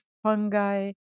fungi